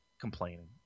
complaining